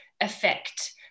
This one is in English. affect